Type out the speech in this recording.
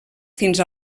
fins